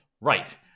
Right